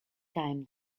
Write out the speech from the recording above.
time